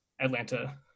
Atlanta